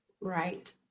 Right